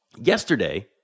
yesterday